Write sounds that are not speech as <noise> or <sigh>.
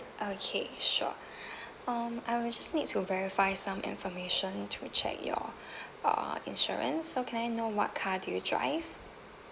okay sure <breath> um I will just need to verify some information to check your <breath> uh insurance so can I know what car do you drive